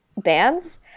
bands